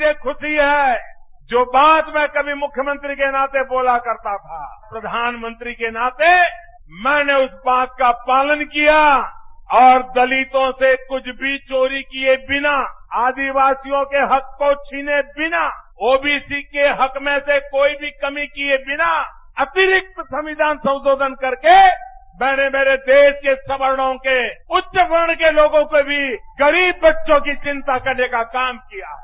मुझे खुशी है जो बात मैं कभी मुख्यमंत्री के नाते बोला करता था प्रधानमंत्री के नाते मैंने उस बात का पालन किया और दलितों से कुछ भी चोरी किए बिना आदिवासियों के हक को छीने बिना ओबीसी के हक में से कोई भी कमी किए बिना अतिरिक्त संविधान संशोधन करके मैंने मेरे देश को सवर्णों के उच्च वर्ण के लोगों के भी गरीब बच्चों की चिंता करने का काम किया है